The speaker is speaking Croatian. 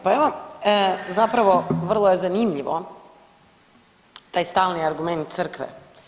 Pa evo zapravo vrlo je zanimljivo taj stalni argument crkve.